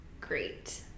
great